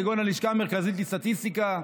כגון הלשכה המרכזית לסטטיסטיקה,